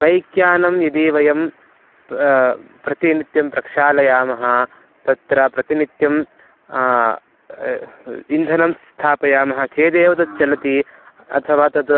बैक्यानं यदि वयं प्रतिनित्यं प्रक्षालयामः तत्र प्रतिनित्यं इन्धनं स्थापयामः चेदेव तत् चलति अथवा तत्